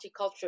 multicultural